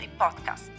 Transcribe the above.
Podcast